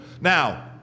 Now